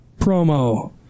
promo